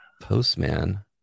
postman